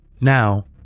now